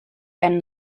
and